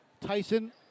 Tyson